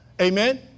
Amen